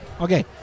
Okay